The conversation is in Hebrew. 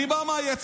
אני בא מהיציע.